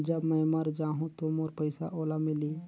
जब मै मर जाहूं तो मोर पइसा ओला मिली?